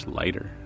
lighter